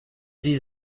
sie